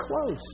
close